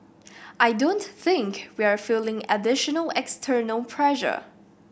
I don't think we're feeling additional external pressure